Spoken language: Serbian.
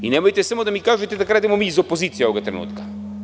Nemojte samo da mi kažete da krademo mi iz opozicije ovoga trenutka.